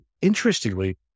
Interestingly